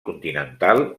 continental